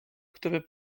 który